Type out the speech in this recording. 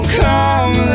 come